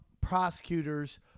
prosecutors